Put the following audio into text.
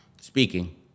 speaking